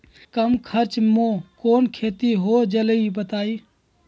कम खर्च म कौन खेती हो जलई बताई?